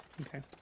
Okay